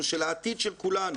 שלנו, של העתיד של כולנו.